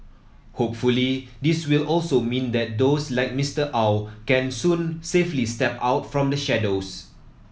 hopefully this will also mean that those like Mister Aw can soon safely step out from the shadows